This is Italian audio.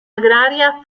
agraria